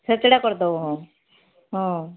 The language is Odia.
ଛେଛେଡ଼ା କରିଦେବ ହଁ ହଁ